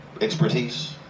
expertise